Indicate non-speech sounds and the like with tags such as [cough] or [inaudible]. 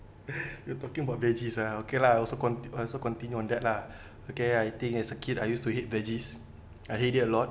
[laughs] you talking about veggies right okay lah I also I also continue on that lah [breath] okay I think as a kid I used to hate veggies [noise] I hate it a lot